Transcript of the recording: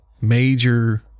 major